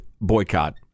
boycott